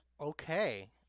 Okay